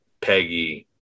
Peggy